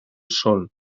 sol